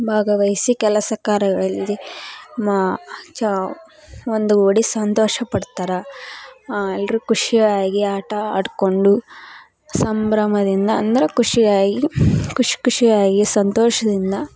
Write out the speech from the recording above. ಭಾಗವಹಿಸಿ ಕೆಲಸ ಕಾರ್ಯಗಳಲ್ಲಿ ಮಾ ಚಾ ಒಂದುಗೂಡಿ ಸಂತೋಷ ಪಡ್ತರೆ ಎಲ್ಲರೂ ಖುಷಿಯಾಗಿ ಆಟ ಆಡಿಕೊಂಡು ಸಂಭ್ರಮದಿಂದ ಅಂದ್ರೆ ಖುಷಿಯಾಗಿ ಖುಷಿ ಖುಷಿಯಾಗಿ ಸಂತೋಷದಿಂದ